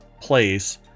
place